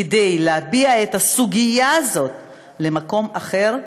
להעביר את הסוגיה הזאת למקום אחר,